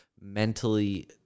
mentally